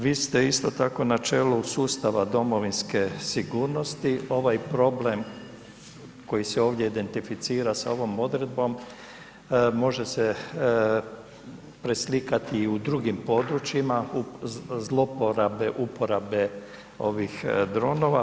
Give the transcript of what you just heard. Vi ste isto tako u načelu sustava Domovinske sigurnosti, ovaj problem koji se ovdje identificira sa ovom odredbom može se preslikati i u drugim područjima zlouporabe, uporabe ovih dronova.